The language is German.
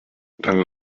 dann